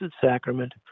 Sacrament